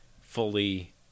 fully